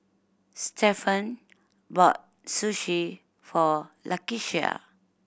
Stephen bought Sushi for Lakeisha